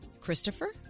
Christopher